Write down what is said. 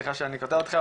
סליחה שאני קוטע אותך,